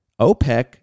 OPEC